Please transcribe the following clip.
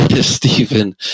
Stephen